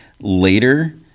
later